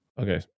Okay